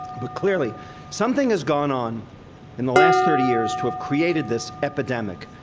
but clearly something has gone on in the last thirty years to have created this epidemic.